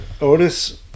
Otis